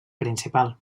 principal